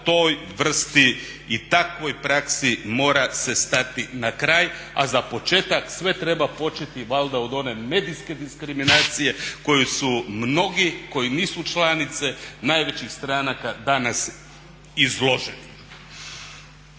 toj vrsti i takvoj praksi moram se stati na kraja. A za početak sve treba početi valjda od one medijske diskriminacije koju su mnogi koji nisu članice najvećih stranaka danas izloženi.